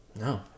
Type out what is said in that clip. No